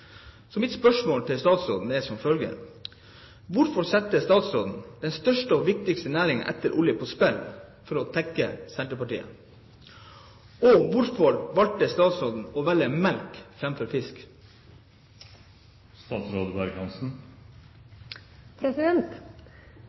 Mitt spørsmål til statsråden er som følger: Hvorfor setter statsråden den største og viktigste næringen etter olje på spill for å tekkes Senterpartiet? Og hvorfor valgte statsråden melk framfor fisk? Her handler det om å